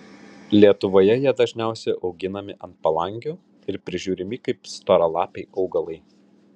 lietuvoje jie dažniausiai auginami ant palangių ir prižiūrimi kaip storalapiai augalai